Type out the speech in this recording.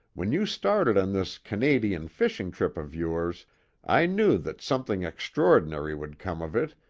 when you started on this canadian fishing trip of yours i knew that something extraordinary would come of it,